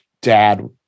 dad